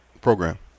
program